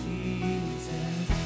Jesus